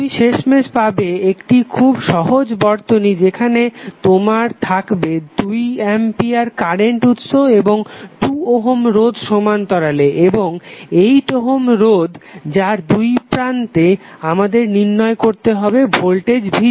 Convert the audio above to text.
তুমি শেষমেশ পাবে একটি খুব সহজ বর্তনী যেখানে তোমার থাকবে 2 অ্যাম্পিয়ার কারেন্ট উৎস এবং 2 ওহম রোধ সমান্তরালে এবং 8 ওহম রোধ যার দুইপ্রান্তে আমাদের নির্ণয় করতে হবে ভোল্টেজ v0